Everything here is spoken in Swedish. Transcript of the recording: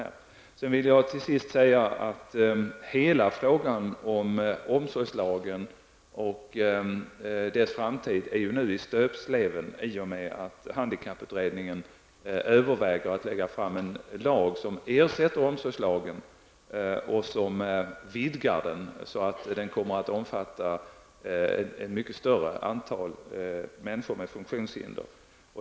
Till sist vill jag säga att hela frågan om omsorgslagen och dess framtid är i stöpsleven i och med att handikapputredningen överväger att lägga fram förslag om en lag, som ersätter och vidgar omsorgslagen så att den kommer att omfatta ett mycket större antal människor med funktionshinder.